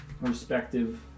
respective